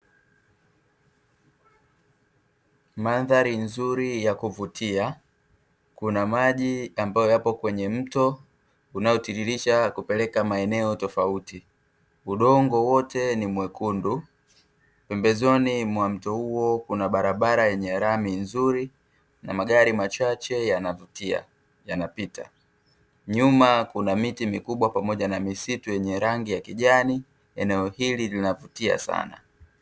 Mandhari nzuri ya kuvutia, kuna maji ambayo yapo kwenye mto unaotiririsha kupeleka maeneo tofauti, udongo wote ni mwekundu. Pembezoni mwa mto huo kuna barabara yenye lami nzuri na magari machache yanavutia yanapita. Nyuma kuna miti mikubwa pamoja na misitu yenye rangi ya kijani. Eneo hili linavutia sana.